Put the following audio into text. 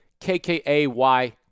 KKAY